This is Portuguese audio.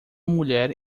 mulher